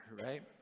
right